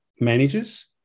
managers